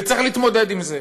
וצריך להתמודד עם זה.